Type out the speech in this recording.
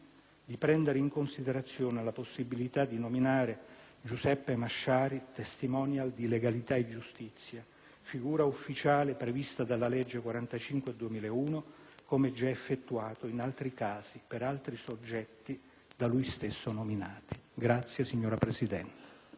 di prendere in considerazione la possibilità di nominare Giuseppe Masciari *testimonial* di legalità e giustizia, figura ufficiale prevista dalla legge n. 45 del 2001, come già effettuato in altri casi e per altri soggetti da lui stesso nominati. PRESIDENTE. Il rappresentante